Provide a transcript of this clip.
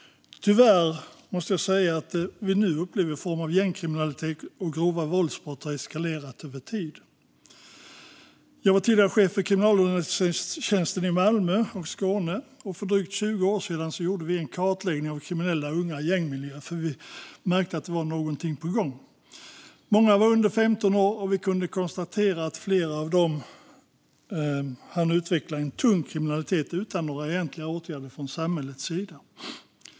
Tyvärr måste jag säga att det vi nu upplever i form gängkriminalitet och grova våldsbrott har eskalerat över tid. Jag var tidigare chef för kriminalunderrättelsetjänsten i Malmö och Skåne. För drygt 20 år sedan gjorde vi en kartläggning av kriminella unga i gängmiljö eftersom vi märkte att något var på gång. Många var under 15 år, och vi kunde konstatera att flera av dem hann utveckla en tung kriminalitet utan några egentliga åtgärder från samhällets sida.